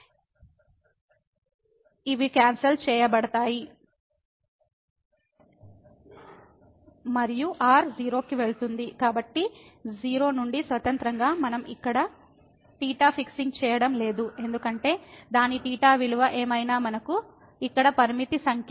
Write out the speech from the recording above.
కాబట్టి ఇవి క్యాన్సల్ చేయబడతాయి మరియు r 0 కి వెళుతుంది